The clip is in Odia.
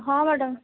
ହଁ ମ୍ୟାଡ଼ାମ୍